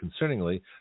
concerningly